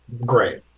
great